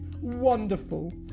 wonderful